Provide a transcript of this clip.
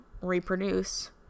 reproduce